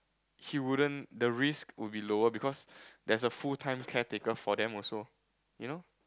he wouldn't the risk would be lower because there's a full time caretaker for them also you know